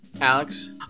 Alex